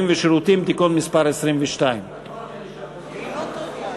ושירותים (תיקון מס' 22). כל חמשת החוקים?